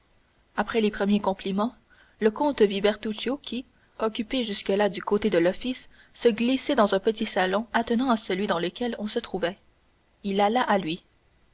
après les premiers compliments le comte vit bertuccio qui occupé jusque-là du côté de l'office se glissait dans un petit salon attenant à celui dans lequel on se trouvait il alla à lui